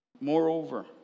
Moreover